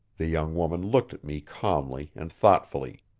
the young woman looked at me calmly and thoughtfully.